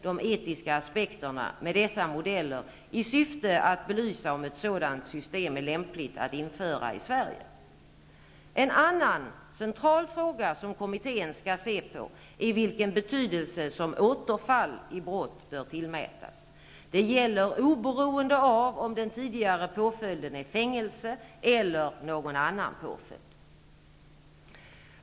de etiska aspekterna med dessa modeller, i syfte att belysa om ett sådant system är lämpligt att införa i Sverige. En annan central fråga som kommittén skall se på är vilken betydelse som återfall i brott bör tillmätas. Det gäller oberoende av om den tidigare påföljden är fängelse eller någon annan påföljd.